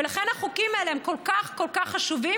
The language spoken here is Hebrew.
ולכן החוקים האלה הם כל כך כל כך חשובים,